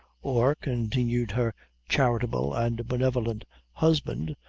or, continued her charitable and benevolent husband,